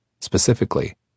Specifically